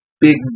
big